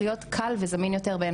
לכל אחד ואחת.